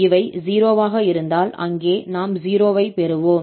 இவை 0 ஆக இருந்ததால் அங்கே நாம் 0 ஐ பெறுவோம்